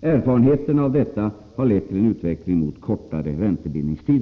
Erfarenheterna av detta har lett till en utveckling mot kortare räntebindningstider.